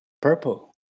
purple